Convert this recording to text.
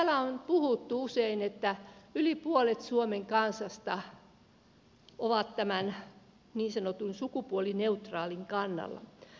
täällä on puhuttu usein että yli puolet suomen kansasta on tämän niin sanotun sukupuolineutraalin kannalla